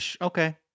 okay